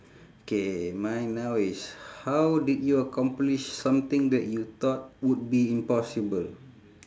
K mine now is how did you accomplish something that you thought would be impossible